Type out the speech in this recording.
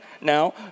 now